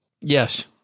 Yes